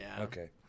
Okay